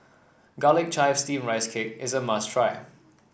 Garlic Chives Steamed Rice Cake is a must try